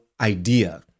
idea